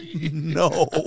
No